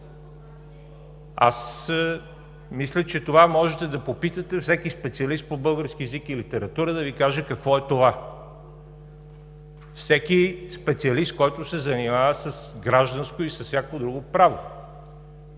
Мисля, че можете да попитате всеки специалист по български език и литература да Ви каже какво е това, всеки специалист, който се занимава с гражданско и с всякакво друго право